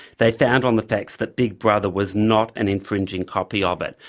they found on the facts that big brother was not an infringing copy of it.